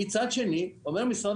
מצד שני, אומר משרד